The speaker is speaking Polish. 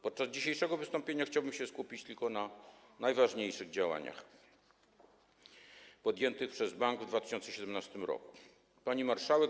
Podczas dzisiejszego wystąpienia chciałbym się skupić tylko na najważniejszych działaniach podjętych przez bank w 2017 r. Pani Marszałek!